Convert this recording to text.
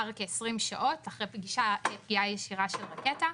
אחרי פגיעה ישירה של רקטה,